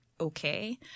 okay